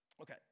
Okay